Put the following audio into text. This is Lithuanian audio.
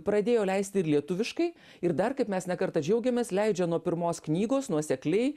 pradėjo leisti ir lietuviškai ir dar kaip mes ne kartą džiaugėmės leidžia nuo pirmos knygos nuosekliai